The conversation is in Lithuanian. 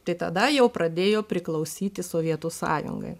tai tada jau pradėjo priklausyti sovietų sąjungai